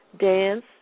dance